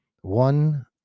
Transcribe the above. one